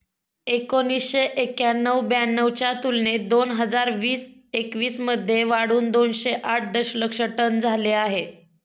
एकोणीसशे एक्क्याण्णव ब्याण्णव च्या तुलनेत दोन हजार वीस एकवीस मध्ये वाढून दोनशे आठ दशलक्ष टन झाले आहे